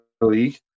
league